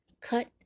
Cut